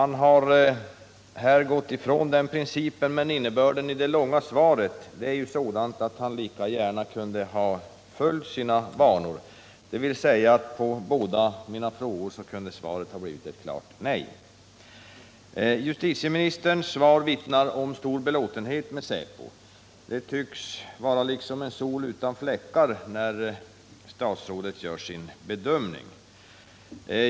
Han har här gått ifrån den principen, men innebörden i det långa svaret är sådan att han lika gärna kunde ha följt sina vanor och låtit svaret på båda mina frågor bli ett klart nej. Justitieministerns svar vittnar om stor belåtenhet med säpo. Det tycks vara liksom en sol utan fläckar när statsrådet gör sin bedömning.